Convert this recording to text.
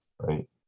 Right